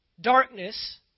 darkness